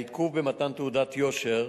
העיכוב במתן תעודת יושר